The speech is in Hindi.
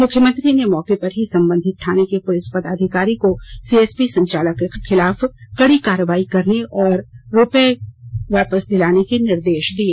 मुख्यमंत्री ने मौके पर ही संबंधित थाने के पुलिस पदाधिकारी को सीएसपी संचालक के खिलाफ कड़ी कार्रवाई करने और महिला के रुपए वापस दिलाने के निर्देश दिए